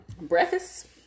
breakfast